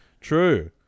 True